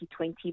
2020